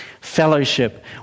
Fellowship